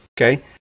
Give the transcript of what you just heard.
okay